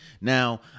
now